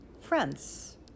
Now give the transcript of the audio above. friends